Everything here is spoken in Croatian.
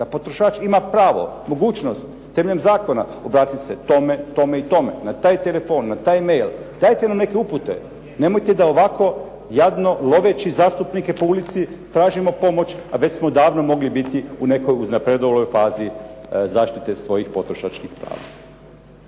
da potrošač ima pravo, mogućnost temeljem zakona obratiti se tome, tome i tome, na taj telefon, na taj e-mail. Dajte nam neke upute. Nemojte da ovako jadno loveći zastupnike po ulici tražimo pomoć, a već smo davno mogli biti u nekoj uznapredjeloj fazi zaštite svojih potrošačkih prava.